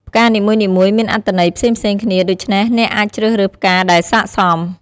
ផ្កានីមួយៗមានអត្ថន័យផ្សេងៗគ្នា ដូច្នេះអ្នកអាចជ្រើសរើសផ្កាដែលសក្តិសម។